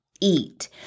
eat